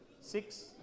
Six